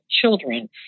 children